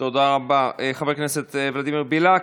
תודה רבה, חבר הכנסת ולדימיר בליאק.